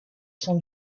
son